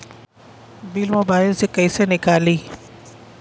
Bill mobile से कईसे निकाली?